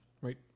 right